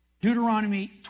Deuteronomy